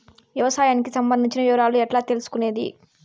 వ్యవసాయానికి సంబంధించిన వివరాలు ఎట్లా తెలుసుకొనేది?